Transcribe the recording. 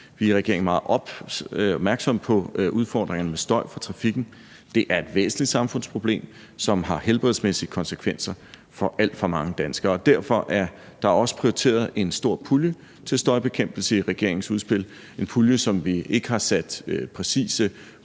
Vi er i regeringen meget opmærksomme på udfordringerne med støj fra trafikken. Det er et væsentligt samfundsproblem, som har helbredsmæssige konsekvenser for alt for mange danskere. Derfor er der også prioriteret en stor pulje til støjbekæmpelse i regeringens udspil – en pulje, som vi ikke har sat præcise